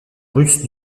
russes